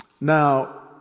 Now